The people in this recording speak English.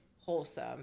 wholesome